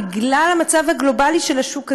בגלל המצב הגלובלי של השוק הזה,